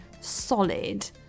solid